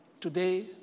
today